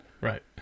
right